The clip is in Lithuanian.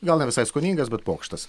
gal ne visai skoningas bet pokštas